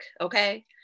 Okay